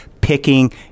picking